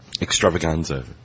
extravaganza